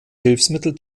hilfsmittel